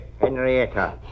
Henrietta